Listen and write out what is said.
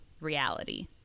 reality